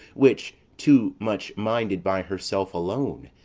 which, too much minded by herself alone,